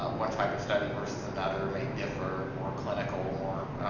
ah one type of study versus another, may differ. more clinical, more